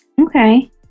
Okay